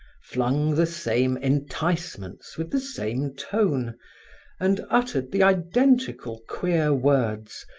flung the same enticements with the same tone and uttered the identical queer words,